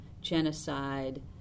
genocide